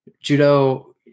judo